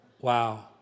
Wow